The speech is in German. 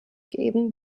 geben